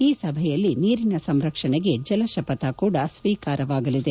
ಈ ಸಭೆಯಲ್ಲಿ ನೀರಿನ ಸಂರಕ್ಷಣೆಗೆ ಜಲ ಶಪಥ ಕೂಡ ಸ್ತ್ರೀಕಾರವಾಗಲಿದೆ